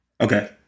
Okay